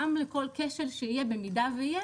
גם לכל כשל שיהיה במידה שיהיה.